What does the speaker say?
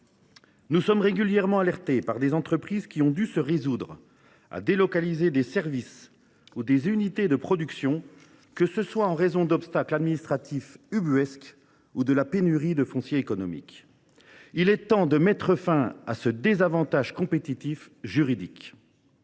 Nous sommes régulièrement alertés par des entreprises qui ont dû se résoudre à délocaliser des services ou des unités de production, que ce soit en raison d’obstacles administratifs ubuesques ou à cause de la pénurie de foncier à vocation économique. Il est temps de mettre fin à ce désavantage compétitif juridique.